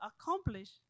accomplish